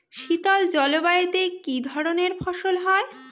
শীতল জলবায়ুতে কি ধরনের ফসল হয়?